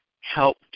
Help